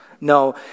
No